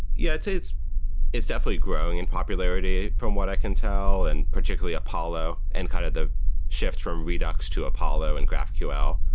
yeah. it's it's definitely growing in popularity from what i can tell, and particularly apollo and kind of the shift from redux to apollo and graphql,